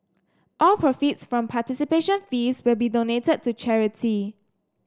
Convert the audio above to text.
all from participation fees will be donated to charity